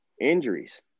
Injuries